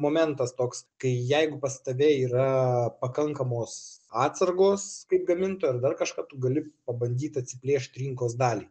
momentas toks kai jeigu pas tave yra pakankamos atsargos kaip gaminto ar dar kažką tu gali pabandyt atsiplėšt rinkos dalį